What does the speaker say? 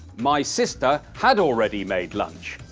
my sister had already made lunch.